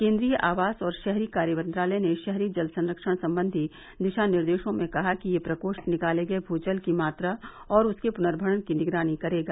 केन्द्रीय आवास और शहरी कार्य मंत्रालय ने शहरी जल संरक्षण संबंधी दिशा निर्देशों में कहा कि यह प्रकोप्ठ निकाले गए भू जल की मात्रा और उसके पुनर्भरण की निगरानी करेगा